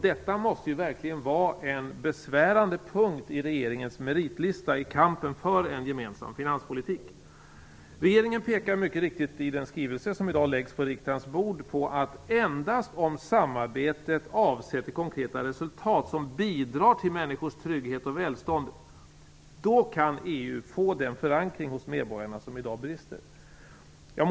Detta måste verkligen vara en besvärande punkt i regeringens meritlista i kampen för en gemensam finanspolitik. I den skrivelse som i dag läggs på riksdagens bord pekar regeringen mycket riktigt på att endast om samarbetet avser konkreta resultat som bidrar till människors trygghet och välstånd, då kan EU få den förankring hos medborgarna som i dag är bristande.